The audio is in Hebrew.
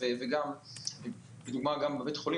מי שעובד - ואני מדבר לא רק בבי"ח,